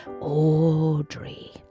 Audrey